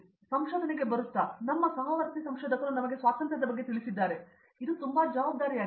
ರಣಜಿತ್ ಸಂಶೋಧನೆಗೆ ಬರುತ್ತಾ ನಮ್ಮ ಸಹವರ್ತಿ ಸಂಶೋಧಕರು ನಮಗೆ ಸ್ವಾತಂತ್ರ್ಯದ ಬಗ್ಗೆ ತಿಳಿಸಿದ್ದಾರೆ ಇದು ತುಂಬಾ ಜವಾಬ್ದಾರಿಯಾಗಿದೆ